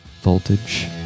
voltage